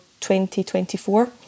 2024